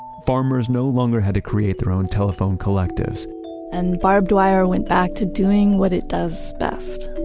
farmers no longer had to create their own telephone collectives and barbed wire went back to doing what it does best,